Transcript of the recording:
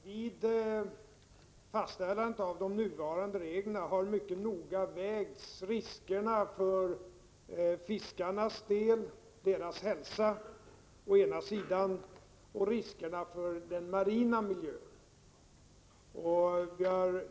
Fru talman! Vid fastställandet av de nuvarande reglerna har mycket noga vägts å ena sidan riskerna för fiskarna och deras hälsa, å andra sidan riskerna för den marina miljön.